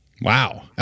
Wow